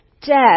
Death